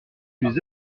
plus